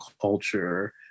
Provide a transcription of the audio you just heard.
culture